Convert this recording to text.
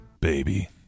baby